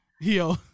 Yo